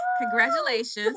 Congratulations